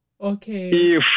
Okay